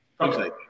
Okay